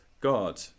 God